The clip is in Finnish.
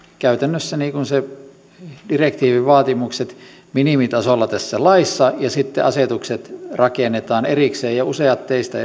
käytännössä sen direktiivin vaatimukset minimitasolla ja sitten asetukset rakennetaan erikseen useat teistä